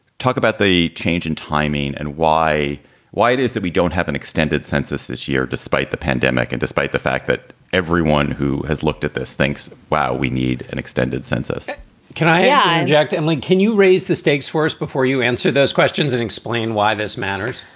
talk about the change in timing and why why it is that we don't have an extended census this year despite the pandemic and despite the fact that everyone who has looked at this thinks, wow, we need an extended census can i ah direct and like can you raise the stakes for us before you answer those questions and explain why this matters?